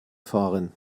fahren